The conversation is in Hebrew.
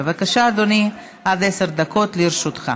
בבקשה, אדוני, עד עשר דקות לרשותך.